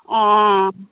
অঁ